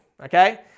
okay